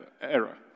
error